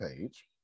page